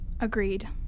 Agreed